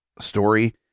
story